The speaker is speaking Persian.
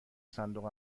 صندوق